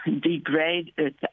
degraded